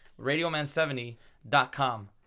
RadioMan70.com